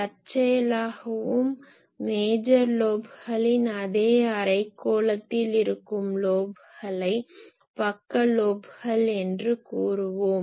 தற்செயலாகவும் major லோப்களின் அதே அரைக்கோளத்தில் இருக்கும் லோப்களை பக்க லோப்கள் என்று கூறுவோம்